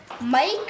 Mike